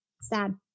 sad